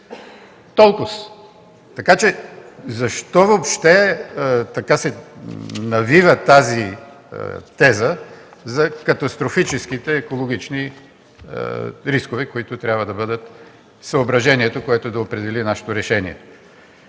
Толкова! Защо въобще така се навива тази теза за катастрофическите екологични рискове, които трябва да бъдат съображението, което да определи нашето решение?